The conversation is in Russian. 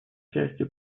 частью